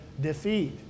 defeat